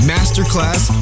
Masterclass